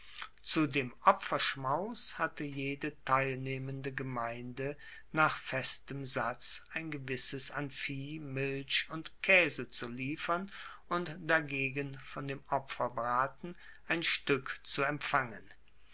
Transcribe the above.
zu dem opferschmaus hatte jede teilnehmende gemeinde nach festem satz ein gewisses an vieh milch und kaese zu liefern und dagegen von dem opferbraten ein stueck zu empfangen